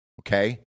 okay